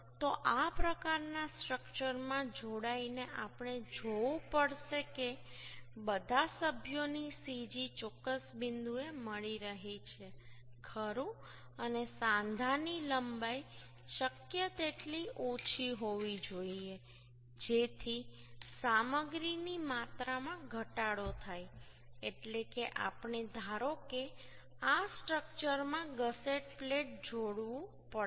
તો આ પ્રકારના સ્ટ્રક્ચરમાં જોડાઈને આપણે જોવું પડશે કે બધા સભ્યોની cg ચોક્કસ બિંદુએ મળી રહી છે ખરું અને સાંધાની લંબાઈ શક્ય તેટલી ઓછી હોવી જોઈએ જેથી સામગ્રીની માત્રામાં ઘટાડો થાય એટલે કે આપણે ધારો કે આ સ્ટ્રક્ચરમાં ગસેટ પ્લેટ જોડવું પડશે